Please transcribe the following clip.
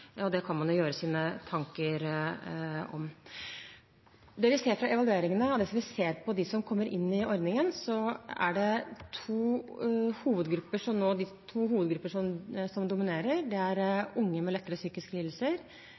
og det kan man jo gjøre seg sine tanker om. Det vi ser fra evalueringene, og det som vi ser på dem som kommer inn i ordningen, er at det er to hovedgrupper som dominerer. Det er unge med lettere psykiske lidelser